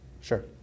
sure